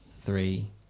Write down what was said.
three